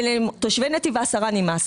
ולתושבי נתיב העשרה נמאס.